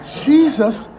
Jesus